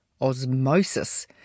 osmosis